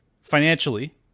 financially